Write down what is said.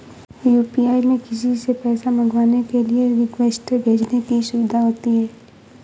UPI में किसी से पैसा मंगवाने के लिए रिक्वेस्ट भेजने की सुविधा होती है